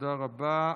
תודה רבה.